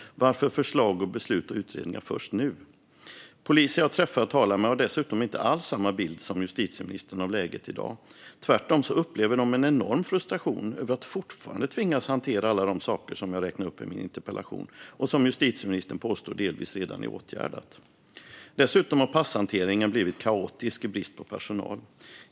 Varför kommer förslag och utredningar först nu? Poliser jag träffar och talar med har dessutom inte alls samma bild som justitieministern av läget i dag. Tvärtom upplever de en enorm frustration över att fortfarande tvingas hantera alla de saker som jag räknar upp i min interpellation och som justitieministern påstår delvis redan är åtgärdade. Dessutom har passhanteringen blivit kaotisk i brist på personal.